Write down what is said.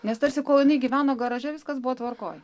nes tarsi kol jinai gyveno garaže viskas buvo tvarkoj